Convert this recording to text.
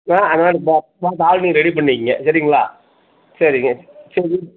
அதனால் பார்த்து ஆளுங்களை நீங்கள் ரெடி பண்ணிக்கங்க சரிங்களா சரிங்க சரி